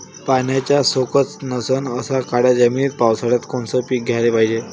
पाण्याचा सोकत नसन अशा काळ्या जमिनीत पावसाळ्यात कोनचं पीक घ्याले पायजे?